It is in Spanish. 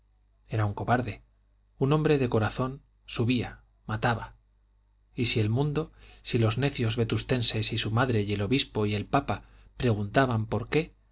era un cobarde un hombre de corazón subía mataba y si el mundo si los necios vetustenses y su madre y el obispo y el papa preguntaban por qué